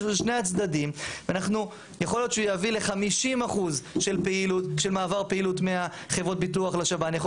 יכול להיות שהוא יביא ל-50% של מעבר פעילות מחברות הביטוח לשב"ן,